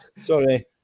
Sorry